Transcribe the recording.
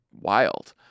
wild